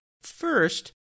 first